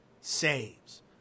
saves